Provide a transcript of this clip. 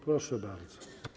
Proszę bardzo.